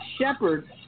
Shepard